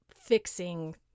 fixing